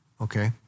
okay